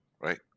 right